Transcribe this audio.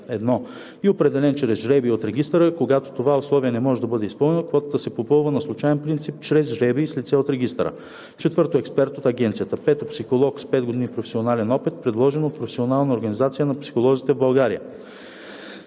ал. 1 и определен чрез жребий от регистъра; когато това условие не може да бъде изпълнено, квотата се попълва на случаен принцип чрез жребий с лице от регистъра; 4. експерт от агенцията; 5. психолог с 5 години професионален опит, предложен от професионална организация на психолозите в България.